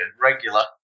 regular